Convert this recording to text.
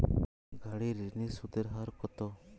গাড়ির ঋণের সুদের হার কতো?